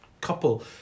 couple